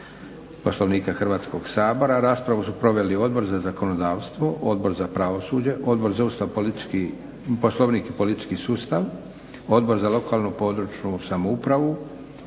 Poslovnika Hrvatskog sabora. Raspravu su proveli Odbor za zakonodavstvo, Odbor za pravosuđe, Odbor za Ustav, poslovnik i politički sustav, Odbor za lokalnu područnu samoupravu.